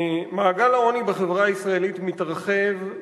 מעגל העוני בחברה הישראלית מתרחב.